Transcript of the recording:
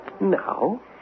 Now